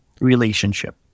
relationship